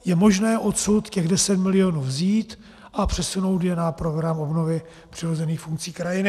Je možné odsud těch 10 mil. vzít a přesunout je na program Obnova přirozených funkcí krajiny.